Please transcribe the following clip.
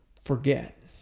forget